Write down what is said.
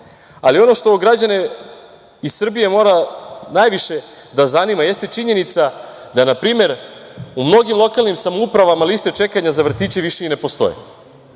Ali ono šta građane Srbije mora najviše da zanima jeste činjenica da, na primer, u mnogim lokalnim samoupravama liste čekanja za vrtiće više i ne postoje.